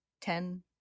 Ten